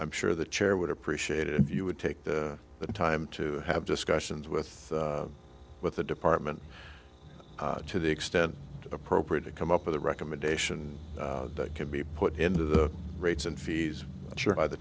i'm sure the chair would appreciate it if you would take the time to have discussions with with the department to the extent appropriate to come up with a recommendation that can be put into the rates and fees sure